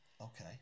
Okay